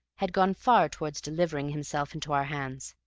had gone far towards delivering himself into our hands.